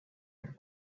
had